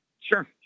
sure